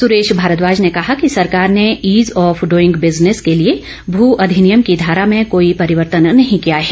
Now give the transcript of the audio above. सुरेश भारद्वाज ने कहा कि सरकार ने ईज आफ इइंग बिजनेस के लिए भ अधिनियम की धारा में कोई परिवर्तन नहीं किया है